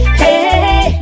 hey